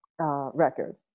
Record